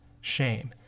shame